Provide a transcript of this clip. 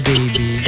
Baby